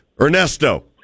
Ernesto